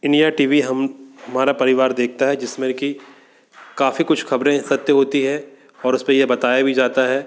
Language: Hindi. इंडिया टी वी हम हमारा परिवार देखता है जिसमें की काफ़ी कुछ खबरें सत्य होती है और उस पर यह बताया भी जाता है